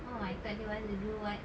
oh I thought they want to do what